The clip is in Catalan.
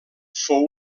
fou